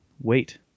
Wait